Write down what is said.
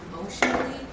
emotionally